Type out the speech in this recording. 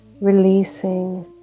releasing